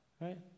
right